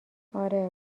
آره